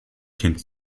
kind